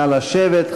נא לשבת,